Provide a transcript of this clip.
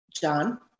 John